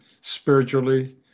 spiritually